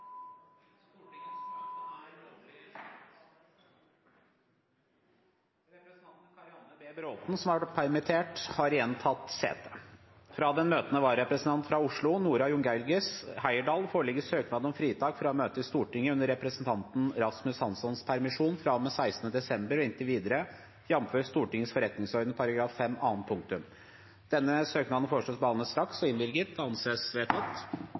Representanten Karianne B. Bråthen , som har vært permittert, har igjen tatt sete. Fra den møtende vararepresentanten for Oslo, Nora Jungeilges Heyerdahl , foreligger søknad om fritak fra å møte i Stortinget under representanten Rasmus Hanssons permisjon fra og med 16. desember og inntil videre, jf. Stortingets forretningsorden § 5 annet punktum. Etter forslag fra presidenten ble enstemmig besluttet: Søknaden behandles straks og